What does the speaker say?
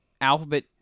alphabet